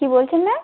কী বলছেন ম্যাম